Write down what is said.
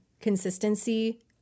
consistency